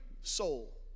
soul